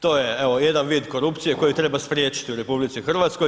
To je evo jedan vid korupcije koji treba spriječiti u RH.